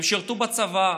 הם שירתו בצבא,